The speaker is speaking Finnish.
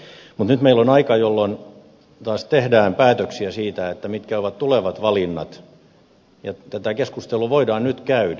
mutta nyt meillä on aika jolloin taas tehdään päätöksiä siitä mitkä ovat tulevat valinnat ja tätä keskustelua voidaan nyt käydä